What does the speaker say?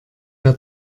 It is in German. der